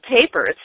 papers